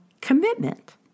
commitment